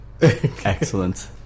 excellent